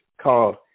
called